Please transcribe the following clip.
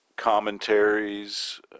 commentaries